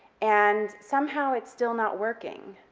and somehow it's still not working.